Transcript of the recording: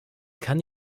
kann